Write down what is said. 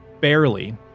barely